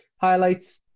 Highlights